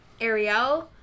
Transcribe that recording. Ariel